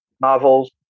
novels